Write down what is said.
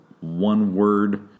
one-word